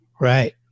Right